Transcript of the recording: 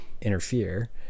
interfere